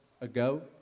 ago